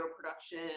production